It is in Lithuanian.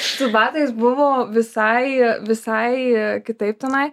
su batais buvo visai visai kitaip tenai